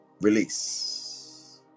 release